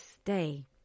stay